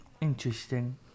interesting